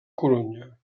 corunya